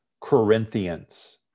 Corinthians